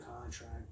contract